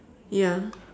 ya